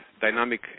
dynamic